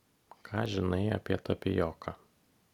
ką žinai apie tapijoką